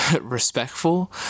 respectful